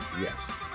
Yes